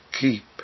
Keep